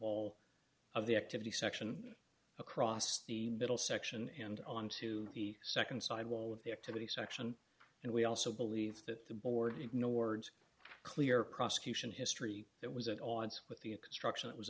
all of the activity section across the middle section and on to the nd sidewall of the activity section and we also believe that the board ignored clear prosecution history that was at all odds with the a construction that was